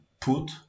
put